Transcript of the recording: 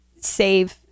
save